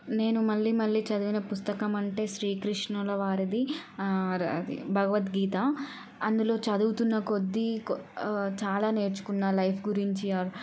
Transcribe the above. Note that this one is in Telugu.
నేను మళ్ళీ మళ్ళీ చదివిన పుస్తకమంటే శ్రీకృష్ణుల వారిది భగవద్గీత అందులో చదువుతున్న కొద్దీ చాలా నేర్చుకున్నాను లైఫ్ గురించి